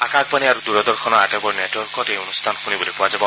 আকাশবাণী আৰু দূৰদৰ্শনৰ আটাইবোৰ নেটৱৰ্কত এই অনুষ্ঠান শুনিবলৈ পোৱা যাব